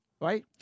Right